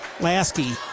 Lasky